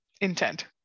intent